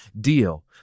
deal